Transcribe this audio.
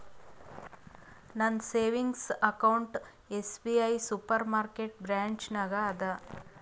ನಂದ savings account SBI supermarket branch ನಾಗ್ ಅದಾ